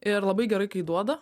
ir labai gerai kai duoda